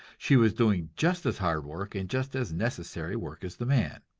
she was doing just as hard work and just as necessary work as the man.